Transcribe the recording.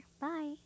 Bye